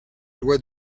loi